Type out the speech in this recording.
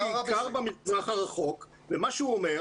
הם עובדים בעיקר במזרח הרחוק ומה שהוא אומר